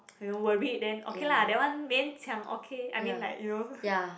you know worried then okay lah that one 勉强 okay I mean like you know